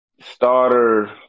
Starter